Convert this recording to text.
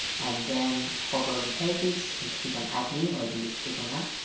and then hover over pages, and click on add new. i mean just click on that